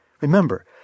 Remember